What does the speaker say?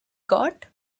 got